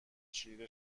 چیره